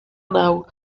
nau